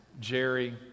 Jerry